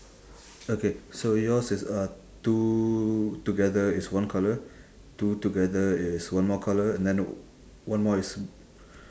okay so yours is uh two together is one colour two together is one more colour and then one more is